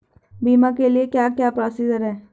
बीमा के लिए क्या क्या प्रोसीजर है?